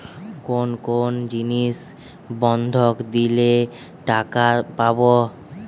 কোন কোন জিনিস বন্ধক দিলে টাকা পাব?